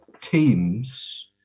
teams